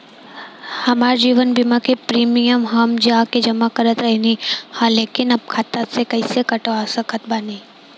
हमार जीवन बीमा के प्रीमीयम हम जा के जमा करत रहनी ह लेकिन अब खाता से कइसे कटवा सकत बानी?